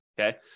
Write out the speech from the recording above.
okay